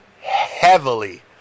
heavily